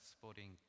sporting